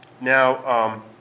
Now